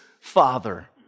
Father